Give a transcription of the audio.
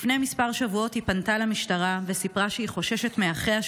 לפני כמה שבועות היא פנתה למשטרה וסיפרה שהיא חוששת מאחיה,